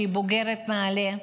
שהיא בוגרת נעל"ה,